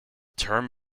term